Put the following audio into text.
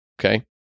Okay